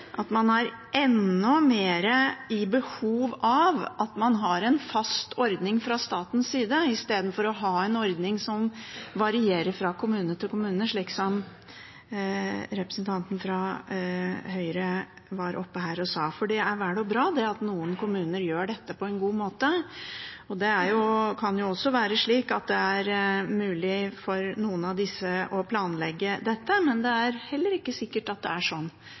man kanskje enda mer i behov av en fast ordning fra statens side istedenfor å ha en ordning som varierer fra kommune til kommune, slik som representanten fra Høyre var oppe her og sa. Det er vel og bra at noen kommuner gjør dette på en god måte. Det kan også være slik at det er mulig for noen av disse å planlegge dette, men det er heller ikke sikkert at det er sånn,